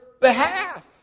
behalf